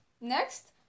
Next